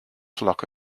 flock